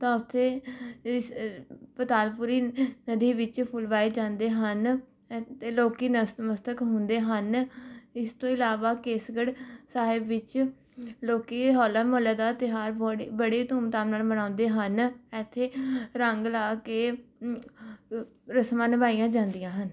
ਤਾਂ ਉੱਥੇ ਇਸ ਪੁਤਾਲਪੁਰੀ ਦੇ ਵਿੱਚ ਫੁੱਲ ਵਹਾਏ ਜਾਂਦੇ ਹਨ ਅਤੇ ਲੋਕ ਨਤਮਸਤਕ ਹੁੰਦੇ ਹਨ ਇਸ ਤੋਂ ਇਲਾਵਾ ਕੇਸਗੜ੍ਹ ਸਾਹਿਬ ਵਿੱਚ ਲੋਕ ਹੋਲਾ ਮਹੱਲੇ ਦਾ ਤਿਉਹਾਰ ਬੜੀ ਬੜੀ ਧੂਮਧਾਮ ਨਾਲ ਮਨਾਉਂਦੇ ਹਨ ਇੱਥੇ ਰੰਗ ਲਾ ਕੇ ਮ ਅ ਰਸਮਾਂ ਨਿਭਾਈਆਂ ਜਾਂਦੀਆਂ ਹਨ